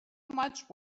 much